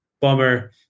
bummer